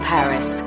Paris